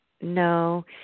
No